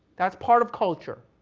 that's part of culture.